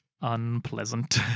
Unpleasant